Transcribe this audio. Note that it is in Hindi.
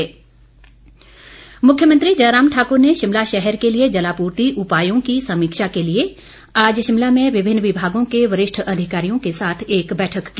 मुख्यमंत्री मुख्यमंत्री जयराम ठाकुर ने शिमला शहर के लिए जलापूर्ति उपायों की समीक्षा के लिए आज शिमला में विभिन्न विभागों के वरिष्ठ अधिकारियों के साथ एक बैठक की